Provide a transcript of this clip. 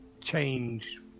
change